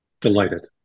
Delighted